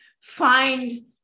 find